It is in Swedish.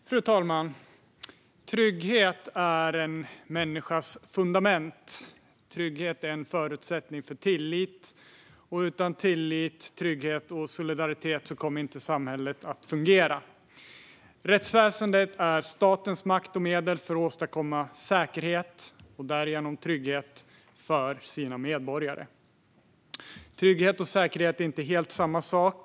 Fru talman! Trygghet är en människas fundament. Trygghet är en förutsättning för tillit. Och utan tillit, trygghet och solidaritet kommer samhället inte att fungera. Rättsväsendet är statens makt och medel för att åstadkomma säkerhet, och därigenom trygghet, för sina medborgare. Trygghet och säkerhet är inte helt samma sak.